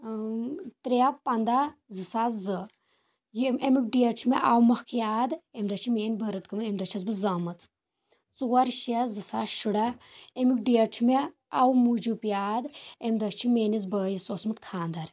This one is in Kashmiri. ترٛےٚ پنٛداہ زٕ ساس زٕ یہِ اَمیُک ڈیٚٹ چھُ مےٚ اَوٕ مۅکھٕ یاد اَمہِ دۄہ چھِ میٛٲنۍ بٔرٕتھ گٲمژ اَمہِ دۄہ چھَس بہٕ زامٕژ ژور شےٚ زٕ ساس شُراہ اَمیُک ڈیٚٹ چھُ مےٚ اَوٕ موٗجوٗب یاد امہِ دۄہ چھُ میٛٲنِس بٲیِس اوسمُت خانٛدر